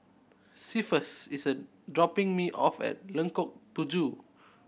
is dropping me off at Tujuh